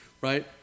Right